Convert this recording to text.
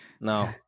No